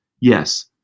Yes